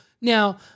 now